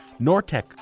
Nortec